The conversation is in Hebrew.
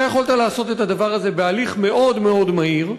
אתה יכולת לעשות את הדבר הזה בהליך מאוד מאוד מהיר,